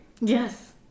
yes